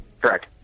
Correct